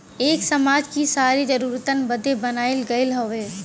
एक समाज कि सारी जरूरतन बदे बनाइल गइल हउवे